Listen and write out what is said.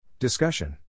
Discussion